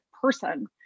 person